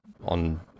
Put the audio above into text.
on